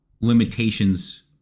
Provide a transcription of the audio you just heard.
limitations